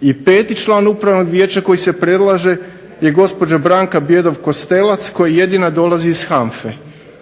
I peti član upravnog vijeća koji se predlaže je gospođa Branka Bjedov-Kostelac koja jedina dolazi iz HANFA-e.